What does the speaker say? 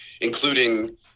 including